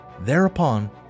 Thereupon